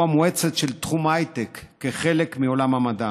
המואצת של תחום ההייטק כחלק מעולם המדע.